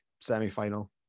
semi-final